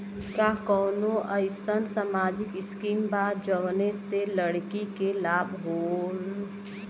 का कौनौ अईसन सामाजिक स्किम बा जौने से लड़की के लाभ हो?